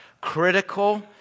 critical